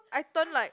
I turn like